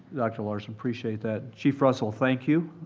dr. larson. appreciate that. chief russell, thank you.